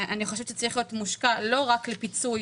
אני חושבת שהמיסוי צריך להיות מושקע לא רק לפיצוי